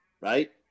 right